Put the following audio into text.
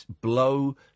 blow